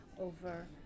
over